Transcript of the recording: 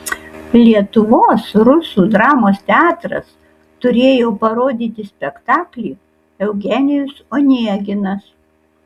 lietuvos rusų dramos teatras turėjo parodyti spektaklį eugenijus oneginas